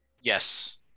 Yes